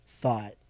thought